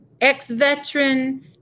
ex-veteran